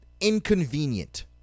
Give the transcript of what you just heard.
inconvenient